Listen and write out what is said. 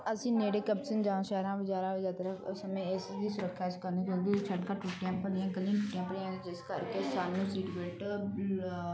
ਅਸੀਂ ਨੇੜੇ ਕਬਸਣ ਜਾਂ ਸ਼ਹਿਰਾਂ ਬਜ਼ਾਰਾਂ ਦੀ ਯਾਤਰਾ ਸਮੇਂ ਇਸ ਦੀ ਸੁਰੱਖਿਆ ਅਸ ਕਰਨੀ ਕਿਉਂਕੀ ਸੜਕਾਂ ਟੁੱਟੀਆਂ ਗਲੀਆਂ ਟੁੱਟੀਆਂ ਪਈਆਂ ਜਿਸ ਕਰਕੇ ਸਾਨੂੰ ਸੀਟ ਬੈਲਟ ਲਾ